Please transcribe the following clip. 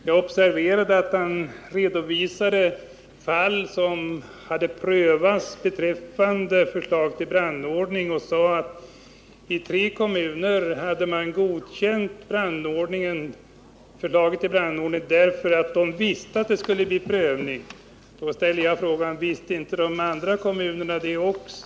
Jag observerade att han redovisade fall som hade prövats beträffande förslag till brandordning. Han sade att tre kommuner hade fått förslaget till brandordning godkänt därför att de visste att det skulle undergå en prövning. Då vill jag fråga om inte också de andra kommunerna visste detta.